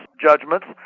judgments